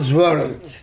world